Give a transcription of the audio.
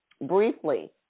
briefly